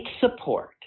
support